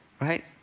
right